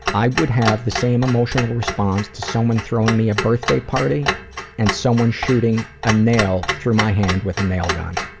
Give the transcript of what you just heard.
i would have the same emotional response to someone throwing me a birthday party and someone shooting a nail through my hand with a nail gun.